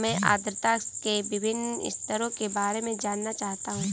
मैं आर्द्रता के विभिन्न स्तरों के बारे में जानना चाहता हूं